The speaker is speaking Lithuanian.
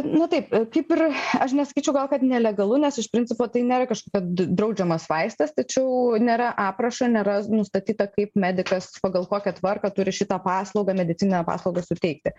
nu taip kaip ir aš nesakyčiau gal kad nelegalu nes iš principo tai nėra kažkokia draudžiamas vaistas tačiau nėra aprašo nėra nustatyta kaip medikas pagal kokią tvarką turi šitą paslaugą medicininę paslaugą suteikti